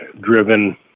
driven